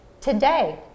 today